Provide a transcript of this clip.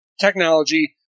technology